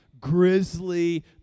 grizzly